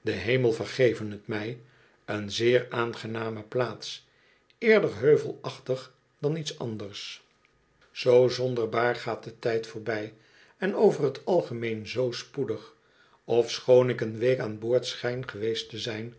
de hemel vergeve t mij een zeer aangename plaats eerder heuvelachtig dan iets anders zoo zonderbaar gaat de tijd voorbij en over t algemeen zoo spoelig ofschoon ik een week aan boord schijn geweest te zijn